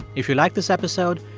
if you like this episode,